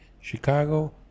Chicago